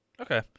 Okay